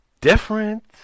Different